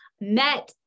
met